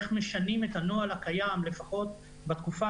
איך משנים את הנוהל הקיים לפחות בתקופה